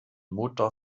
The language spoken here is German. mutter